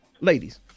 ladies